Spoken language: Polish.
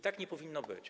Tak nie powinno być.